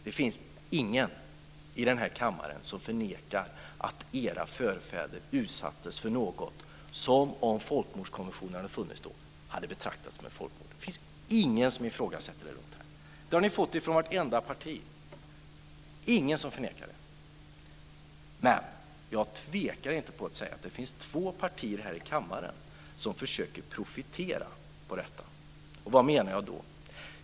Det finns ingen i den här kammaren som förnekar att era förfäder utsattes för något som om folkmordskonventionen hade funnits då skulle ha betraktats som ett folkmord. Det finns ingen som ifrågasätter det. Det har ni fått höra från vartenda parti. Ingen förnekar detta. Men jag tvekar inte att säga att det finns två partier i kammaren som försöker profitera på det här. Vad menar jag då?